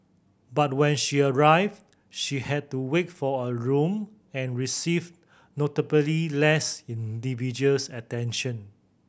but when she arrived she had to wait for a room and received notably less individuals attention